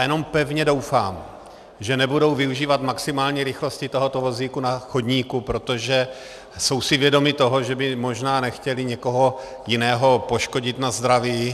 Jenom pevně doufám, že nebudou využívat maximální rychlosti tohoto vozíku na chodníku, protože jsou si vědomi toho, že by možná nechtěli někoho jiného poškodit na zdraví.